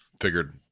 figured